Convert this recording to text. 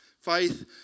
faith